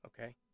okay